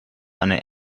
eine